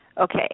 Okay